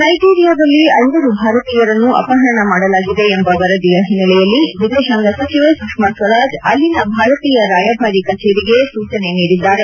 ನೈಜೀರಿಯಾದಲ್ಲಿ ಐವರು ಭಾರತೀಯರನ್ನು ಅಪಹರಣ ಮಾಡಲಾಗಿದೆ ಎಂಬ ವರದಿಯ ಹಿನ್ನೆಲೆಯಲ್ಲಿ ವಿದೇಶಾಂಗ ಸಚಿವೆ ಸುಷ್ಕಾ ಸ್ವರಾಜ್ ಅಲ್ಲಿನ ಭಾರತೀಯ ರಾಯಭಾರಿ ಕಚೇರಿಗೆ ಸೂಚನೆ ನೀಡಿದ್ದಾರೆ